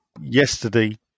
yesterday